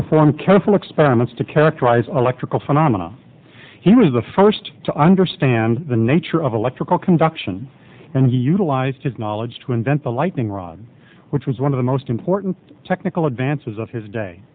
perform careful experiments to characterize electrical phenomena he was the first to understand the nature of electrical conduction and utilized his knowledge to invent the lightning rod which was one of the most important technical advances of his day